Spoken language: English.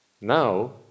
Now